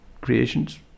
creations